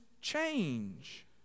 change